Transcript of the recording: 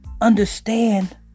understand